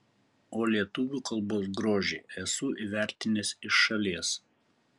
o lietuvių kalbos grožį esu įvertinęs iš šalies